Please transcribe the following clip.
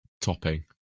topping